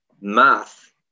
math